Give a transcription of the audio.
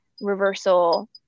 reversal